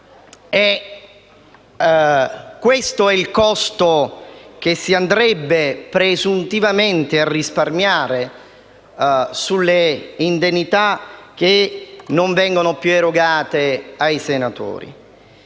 Questo è il costo che si andrebbe presuntivamente a risparmiare sulle indennità che non verrebbero più erogate ai senatori.